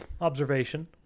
observation